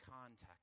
context